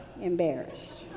embarrassed